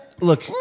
look